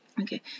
okay